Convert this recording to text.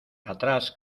atrás